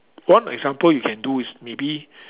one example you can do is maybe